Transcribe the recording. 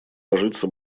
ложится